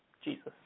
Jesus